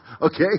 Okay